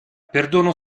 perdono